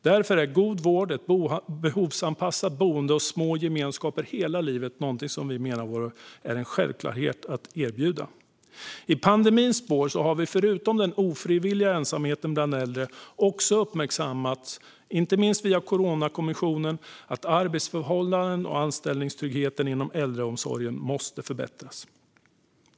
Därför är god vård, ett behovsanpassat boende och små gemenskaper hela livet någonting vi menar är en självklarhet att erbjuda. I pandemins spår har vi förutom den ofrivilliga ensamheten bland äldre också uppmärksammats, inte minst via Coronakommissionen, på att arbetsförhållandena och anställningstryggheten inom äldreomsorgen måste förbättras.